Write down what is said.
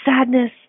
sadness